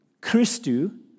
Christu